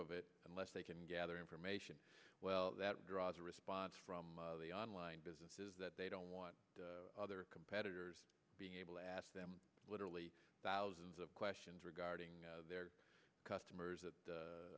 of it unless they can gather information well that draws a response from the online business is that they don't want other competitors being able to ask them literally thousands of questions regarding their customers that